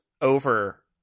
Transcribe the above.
over